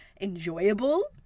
enjoyable